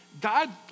God